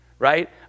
right